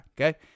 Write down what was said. Okay